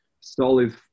solid